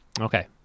Okay